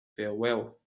farewell